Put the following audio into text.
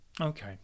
okay